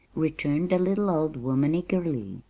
returned the little old woman eagerly.